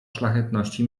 szlachetności